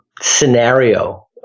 scenario